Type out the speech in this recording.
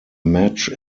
match